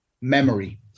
memory